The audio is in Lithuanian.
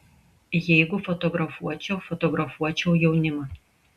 jeigu fotografuočiau fotografuočiau jaunimą